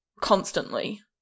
constantly